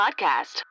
podcast